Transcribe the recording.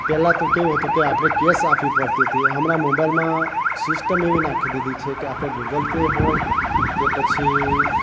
પહેલા તો કેવું હતું કે આપણે કેશ આપવી પડતી હતી હમણાં મોબાઇલમાં સિસ્ટમ એવી નાખી દીધી છે કે આપણે ગૂગલ પે હોય કે પછી